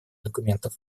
документов